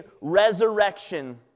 resurrection